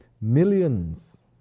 Millions